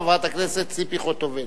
חברת הכנסת ציפי חוטובלי.